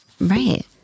right